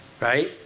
right